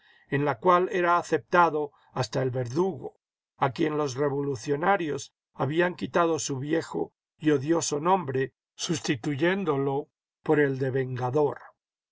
en la cual era aceptado hasta el verdugo a quien los revolucionarios habían quitado su viejo y odioso nombre sustituyéndolo por el de vengador